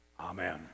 Amen